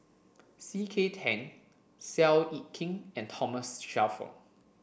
C K Tang Seow Yit Kin and Thomas Shelford